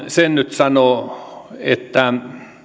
sen nyt sanoa että